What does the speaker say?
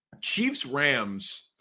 Chiefs-Rams